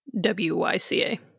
W-Y-C-A